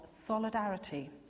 solidarity